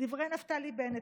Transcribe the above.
דברי נפתלי בנט.